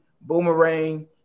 Boomerang